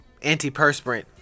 Antiperspirant